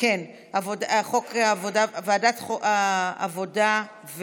ועדת העבודה,